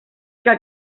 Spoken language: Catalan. que